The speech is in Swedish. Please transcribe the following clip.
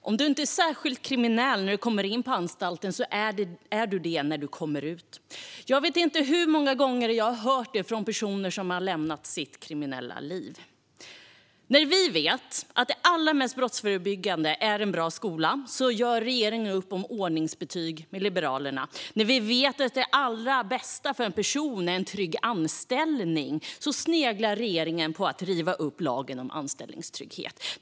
"Om du inte är särskilt kriminell när du kommer in på anstalten är du det när du kommer ut." Jag vet inte hur många gånger jag har hört detta från personer som har lämnat sitt kriminella liv. Vi vet att det allra mest brottsförebyggande är en bra skola, men regeringen gör nu upp med Liberalerna om ordningsbetyg. Vi vet att det allra bästa för en person är en trygg anställning, men regeringen sneglar på att riva upp lagen om anställningstrygghet.